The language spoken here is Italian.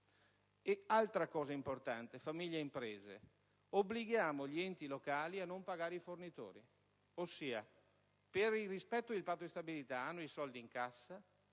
Altra cosa importante: famiglie e imprese. Obblighiamo gli enti locali a non pagare i fornitori. Ossia, per rispettare il Patto di stabilità hanno i soldi in cassa,